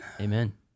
Amen